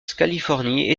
californie